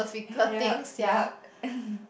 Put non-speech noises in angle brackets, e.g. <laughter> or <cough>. yup yup <laughs>